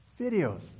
Videos